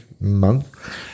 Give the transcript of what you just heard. month